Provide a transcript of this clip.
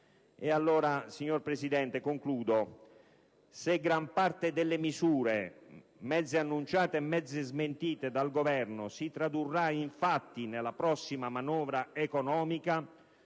signora Presidente, concludo. Se gran parte delle misure, mezze annunciate e mezze smentite dal Governo, si tradurrà in fatti nella prossima manovra economica,